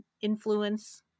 influence